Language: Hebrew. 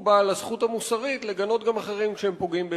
הוא בעל הזכות המוסרית לגנות גם אחרים כשהם פוגעים באזרחים,